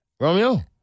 Romeo